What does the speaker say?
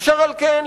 אשר על כן,